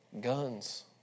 guns